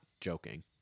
joking